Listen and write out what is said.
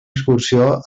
excursió